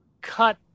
cut